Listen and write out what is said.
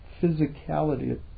physicality